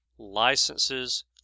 licenses